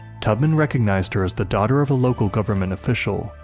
tubman recognized her as the daughter of a local government official,